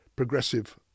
progressive